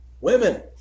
women